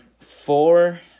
Four